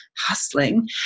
hustling